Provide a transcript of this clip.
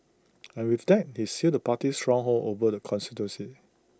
and with that he sealed the party's stronghold over the constituency